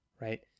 Right